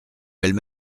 belles